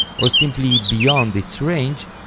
or simply beyond its range,